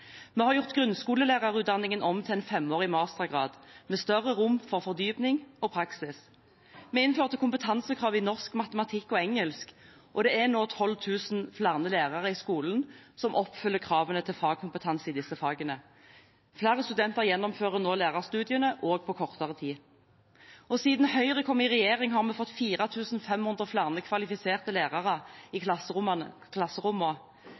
Vi har gjort grunnskolelærerutdanningen om til en femårig mastergrad, med større rom for fordypning og praksis. Vi innførte kompetansekrav i norsk, matematikk og engelsk, og det er nå 12 000 flere lærere i skolen som oppfyller kravene til fagkompetanse i disse fagene. Flere studenter gjennomfører nå lærerstudiene, og på kortere tid. Siden Høyre kom i regjering, har vi fått 4 500 flere kvalifiserte lærere i